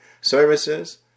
services